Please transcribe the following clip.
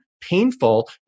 painful